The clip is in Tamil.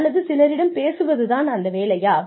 அல்லது சிலரிடம் பேசுவது தான் அந்த வேலையா